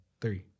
three